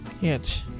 Hitch